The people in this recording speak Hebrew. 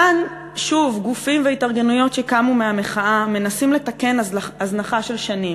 כאן שוב גופים והתארגנויות שקמו מהמחאה מנסים לתקן הזנחה של שנים,